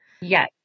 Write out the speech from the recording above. Yes